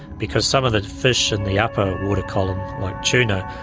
because some of the fish in the upper water column, like tuna,